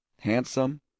handsome